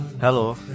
hello